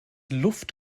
luft